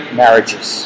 marriages